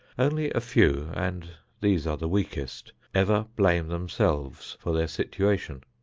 only a few, and these are the weakest, ever blame themselves for their situation.